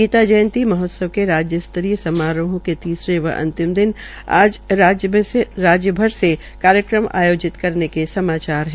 गीता जयंती महोत्सव के राज्य स्तरीय समारोहों के तीसरे व अंतिम दिन आज राज्यभर से कार्यक्रम आयोजित करने के समाचार है